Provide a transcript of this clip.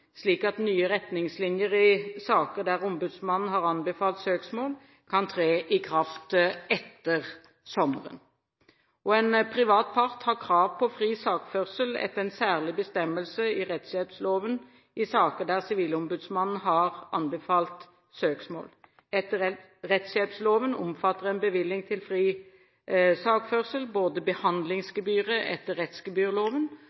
slik at nye retningslinjer i saker der ombudsmannen har anbefalt søksmål, kan tre i kraft etter sommeren. En privat part har krav på fri sakførsel etter en særlig bestemmelse i rettshjelploven i saker der Sivilombudsmannen har anbefalt søksmål. Etter rettshjelploven omfatter en bevilgning til fri sakførsel både